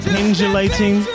Pendulating